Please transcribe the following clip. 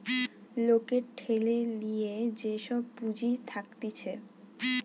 লোকের ঠেলে লিয়ে যে সব পুঁজি থাকতিছে